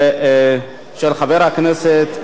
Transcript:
של חבר הכנסת יעקב כץ.